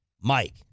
Mike